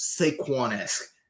Saquon-esque